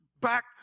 back